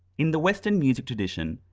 in the western music tradition,